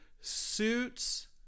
suits